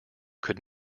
could